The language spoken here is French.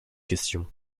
question